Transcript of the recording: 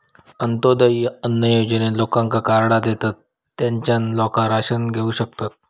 अंत्योदय अन्न योजनेत लोकांका कार्डा देतत, तेच्यान लोका राशन घेऊ शकतत